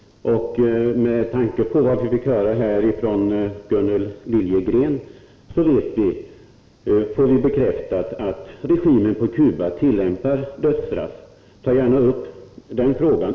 Det vi här fick höra av Gunnel Liljegren bekräftar att regimen på Cuba tillämpar dödsstraff. Ta gärna upp den frågan!